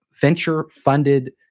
venture-funded